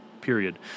Period